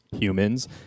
humans